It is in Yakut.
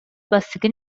бастакы